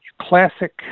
classic